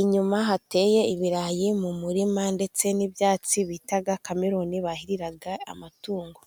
Inyuma hateye ibirayi mu murima, ndetse n'ibyatsi bita kameruni bahirira amatungo.